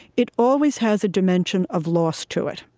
it always has a dimension of loss to it.